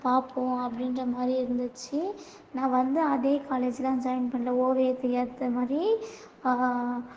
பார்ப்போம் அப்படின்ற மாதிரி இருந்துச்சு நான் வந்து அதே காலேஜ்லாம் ஜாயின் பண்ணல ஓவியத்தை ஏற்ற மாதிரி